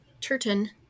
Turton